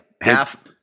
half